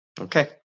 Okay